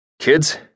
Kids